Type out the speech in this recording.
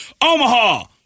Omaha